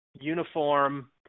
uniform